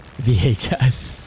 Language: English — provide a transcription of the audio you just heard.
VHS